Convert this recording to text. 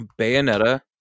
Bayonetta